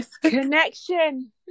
Connection